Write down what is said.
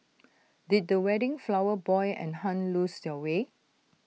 did the wedding flower boy and Hun lose their way